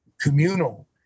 communal